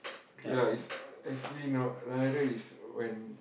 K lah it's actually not rider is when